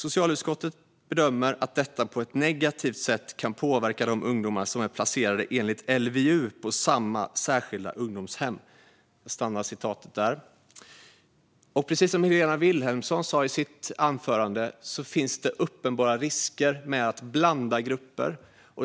Socialutskottet bedömer att detta på ett negativt sätt kan påverka de ungdomar som är placerade enligt LVU på samma särskilda ungdomshem. Precis som Helena Vilhelmsson sa i sitt anförande finns det uppenbara risker med att blanda grupper.